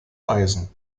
eisen